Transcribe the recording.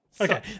Okay